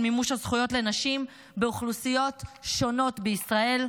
מימוש הזכויות לנשים באוכלוסיות שונות בישראל,